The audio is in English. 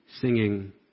singing